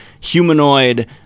humanoid